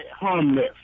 harmless